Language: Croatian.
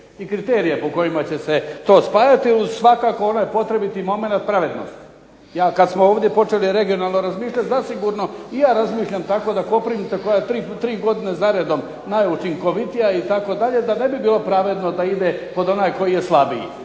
i kriterije po kojima će se to spajati uz svakako onaj potrebiti momenat pravednosti. Kad smo ovdje počeli regionalno razmišljati zasigurno i ja razmišljam tako da Koprivnica koja tri godine za redom najučinkovitija itd. da ne bi bilo pravedno da ide pod onaj koji je slabiji